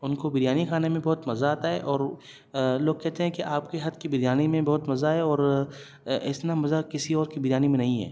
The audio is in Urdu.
ان کو بریانی کھانے میں بہت مزا آتا ہے اور لوگ کہتے ہیں کہ آپ کے ہاتھ کی بریانی میں بہت مزا ہے اور اتنا مزا کسی اور کی بریانی میں نہیں ہے